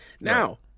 Now